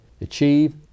achieve